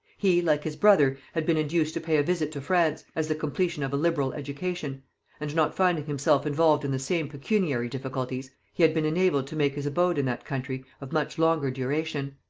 he, like his brother, had been induced to pay a visit to france, as the completion of a liberal education and not finding himself involved in the same pecuniary difficulties, he had been enabled to make his abode in that country of much longer duration.